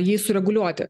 jį sureguliuoti